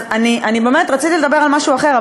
אז אני באמת רציתי לדבר על משהו אחר,